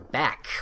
back